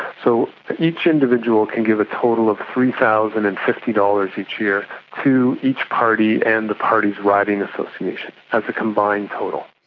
so each individual can give a total of three thousand and fifty dollars each year to each party and the parties riding association, as a combined total.